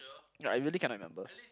no I really cannot remember